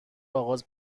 آغاز